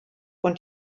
und